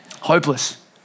hopeless